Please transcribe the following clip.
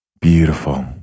Beautiful